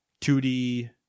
2D